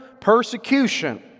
persecution